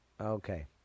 Okay